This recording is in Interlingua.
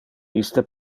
iste